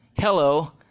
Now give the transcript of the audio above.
Hello